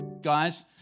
Guys